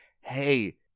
hey